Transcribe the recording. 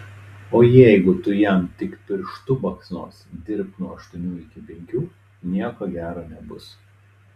o jeigu tu jam tik pirštu baksnosi dirbk nuo aštuonių iki penkių nieko gero nebus